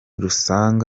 rusange